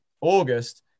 August